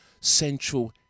Central